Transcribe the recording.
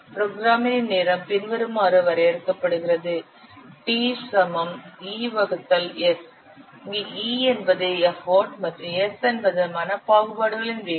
புரோகிராமரின் நேரம் பின்வருமாறு வரையறுக்கப்படுகிறது TES இங்கு E என்பது எஃபர்ட் மற்றும் S என்பது மன பாகுபாடுகளின் வேகம்